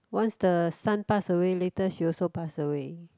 once the son pass away later she also pass away